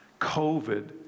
COVID